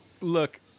Look